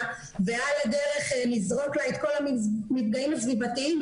ועל הדרך נזרוק לה את כל המפגעים הסביבתיים,